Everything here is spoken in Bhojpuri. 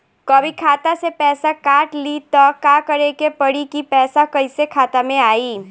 कभी खाता से पैसा काट लि त का करे के पड़ी कि पैसा कईसे खाता मे आई?